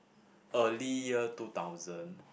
early year two thousand